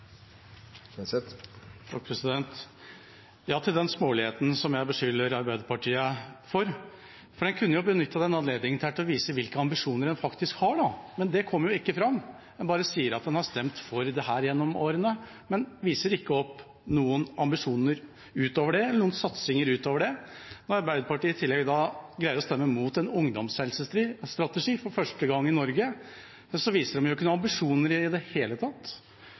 Kjenseth har hatt ordet to ganger tidligere og får ordet til en kort merknad, begrenset til 1 minutt. Til den småligheten jeg beskylder Arbeiderpartiet for: De kunne jo benyttet anledningen til å vise hvilke ambisjoner de faktisk har, men det kommer ikke fram. En bare sier at en har stemt for dette gjennom årene, men viser ikke noen ambisjoner eller satsinger ut over det. Når Arbeiderpartiet i tillegg greier å stemme imot en ungdomshelsestrategi – den første i Norge – viser de jo ikke noen ambisjoner i det hele tatt.